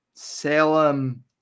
Salem